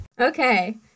Okay